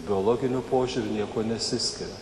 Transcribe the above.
biologiniu požiūriu niekuo nesiskiria